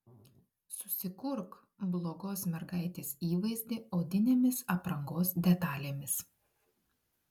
susikurk blogos mergaitės įvaizdį odinėmis aprangos detalėmis